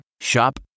Shop